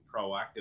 proactive